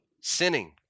sinning